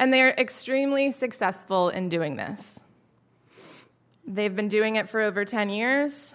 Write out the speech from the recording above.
and they are extremely successful in doing this they have been doing it for over ten years